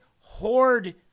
hoard